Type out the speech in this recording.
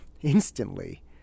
instantly